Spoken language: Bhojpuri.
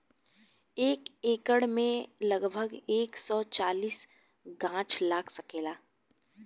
एक एकड़ में लगभग एक सौ चालीस गाछ लाग सकेला